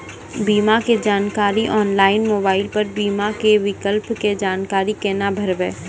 बीमा के जानकारी ऑनलाइन मोबाइल पर बीमा के विकल्प के जानकारी केना करभै?